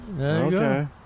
Okay